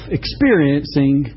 experiencing